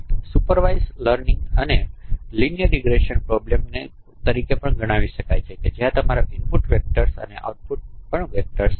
નિરીક્ષણ લર્નિંગ અને રેખીય રીગ્રેસન પ્રોબ્લેમ તરીકે પણ ગણાવી શકાય જ્યાં છે તમારું ઇનપુટ વેક્ટર્સ છે અને આઉટપુટ પણ વેક્ટર્સ છે